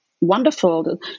Wonderful